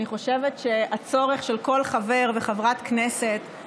אני חושבת שהצורך של כל חבר וחברת כנסת להסתכל לכם,